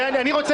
ואני רוצה